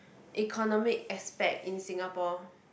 economic aspect in Singapore